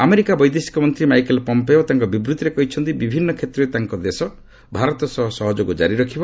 America ବୈଦେଶିକ ମନ୍ତ୍ରୀ Michael Pompeo ତାଙ୍କ ବିବୃତ୍ତିରେ କହିଛନ୍ତି ବିଭିନ୍ନ କ୍ଷେତ୍ରରେ ତାଙ୍କ ଦେଶ ଭାରତ ସହ ସହଯୋଗ ଜାରି ରଖିବ